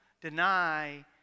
deny